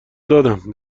دادم